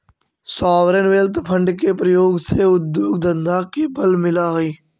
sovereign wealth fund के प्रयोग से उद्योग धंधा के बल मिलऽ हई